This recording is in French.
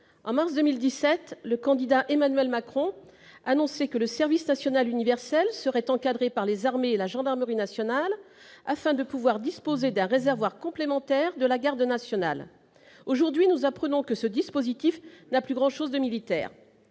En mars 2017, le candidat Emmanuel Macron annonçait que le service national universel serait encadré par les armées et la gendarmerie nationale, afin de pouvoir disposer d'un réservoir complémentaire de la garde nationale. Aujourd'hui, nous apprenons que ce dispositif n'a plus grand-chose de militaire.